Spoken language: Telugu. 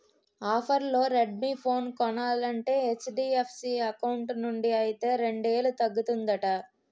ఆఫర్లో రెడ్మీ ఫోను కొనాలంటే హెచ్.డి.ఎఫ్.సి ఎకౌంటు నుండి అయితే రెండేలు తగ్గుతుందట